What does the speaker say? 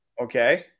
Okay